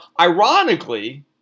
ironically